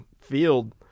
field